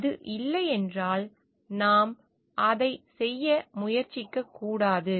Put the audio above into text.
அது இல்லை என்றால் நாம் அதை செய்ய முயற்சிக்க கூடாது